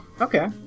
okay